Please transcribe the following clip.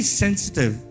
sensitive